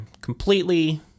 completely